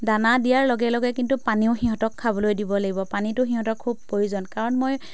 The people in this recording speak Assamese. দানা দিয়াৰ লগে লগে কিন্তু পানীও সিহঁতক খাবলৈ দিব লাগিব পানীটো সিহঁতক খুব প্ৰয়োজন কাৰণ মই